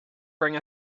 bring